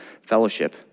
fellowship